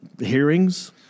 hearings